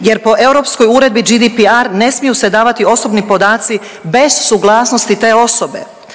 jer po europskoj uredbi GDPR ne smiju se davati osobni podaci bez suglasnosti te osobe.